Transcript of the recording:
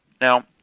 Now